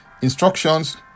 instructions